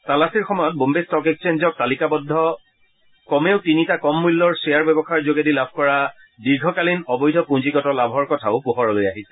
তালাচীৰ সময়ত বম্বে ষ্টক একচেঞ্জক তালিকাবদ্ধ কমেও তিনিটা কম মূল্যৰ শ্বেয়াৰ ব্যৱসায়ৰ যোগেদি লাভ কৰা দীৰ্ঘকালীন অবৈধ পূজিগত লাভৰ কথাও পোহৰলৈ আহিছে